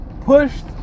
pushed